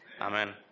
Amen